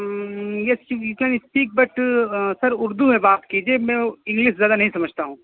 yes you can speak but sir Urdu میں بات کیجیے میں انگلش زیادہ نہیں سمجھتا ہوں